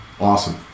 awesome